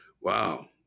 wow